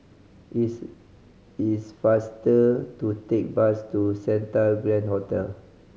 is is faster to take bus to Santa Grand Hotel